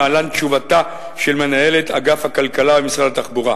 להלן תשובתה של מנהלת אגף הכלכלה במשרד התחבורה: